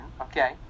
okay